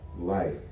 life